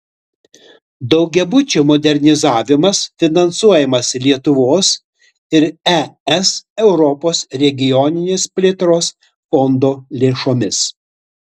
daugiabučių modernizavimas finansuojamas lietuvos ir es europos regioninės plėtros fondo lėšomis